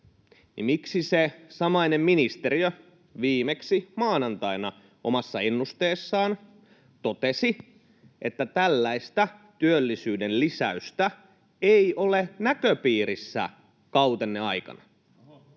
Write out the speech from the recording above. niin miksi se samainen ministeriö viimeksi maanantaina omassa ennusteessaan totesi, että tällaista työllisyyden lisäystä ei ole näköpiirissä kautenne aikana?